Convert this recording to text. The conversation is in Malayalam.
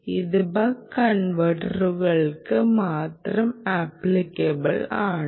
ഇത് ബക്ക് കൺവെർട്ടറുകൾക്ക് മാത്രം അപ്ലികബിൾ ആണ്